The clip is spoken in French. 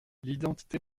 l’identité